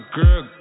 girl